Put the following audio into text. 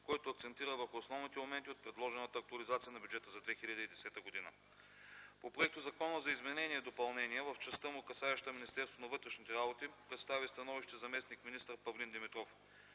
който акцентира върху основните моменти от предложената актуализация на бюджета за 2010 г. По Проектозакона за изменение и допълнение в частта му, касаеща Министерството на вътрешните работи, представи становище заместник-министър Павлин Димитров.